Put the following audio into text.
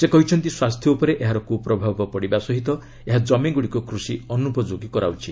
ସେ କହିଛନ୍ତି ସ୍ୱାସ୍ଥ୍ୟ ଉପରେ ଏହାର କୁପ୍ରଭାବ ପଡ଼ିବା ସହିତ ଏହା କମିଗୁଡ଼ିକୁ କୃଷି ଅନୁପଯୋଗୀ କରାଉଛି